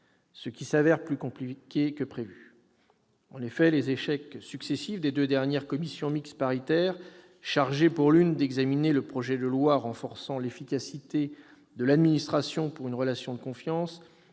Ce qui s'avère être plus compliqué que prévu ... Les échecs successifs des deux dernières commissions mixtes paritaires chargées d'examiner, pour l'une, le projet de loi renforçant l'efficacité de l'administration pour une relation de confiance